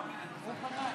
אין הצבעה,